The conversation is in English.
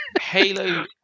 Halo